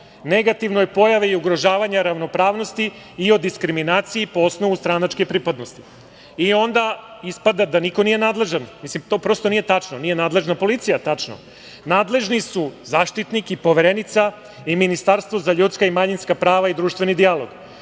negativnoj pojavi ugrožavanja ravnopravnosti i o diskriminaciji po osnovu stranačke pripadnosti. Onda, ispada da niko nije nadležan. To prosto nije tačno. Nije nadležna policija, tačno. Nadležni su Zaštitnik, Poverenica i Ministarstvo za ljudska i manjinska prava i društveni dijalog.